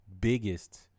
biggest